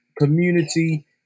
community